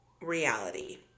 reality